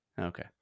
Okay